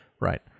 Right